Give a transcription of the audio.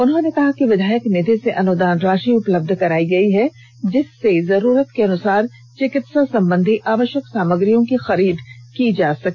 उन्होंने कहा कि विधायक निधि से अनुदान राशि उपलब्ध कराई गई है जिससे जरूरत के अनुसार चिकित्सा संबंधी आवश्यक सामग्रियों की खरीद की जा सकी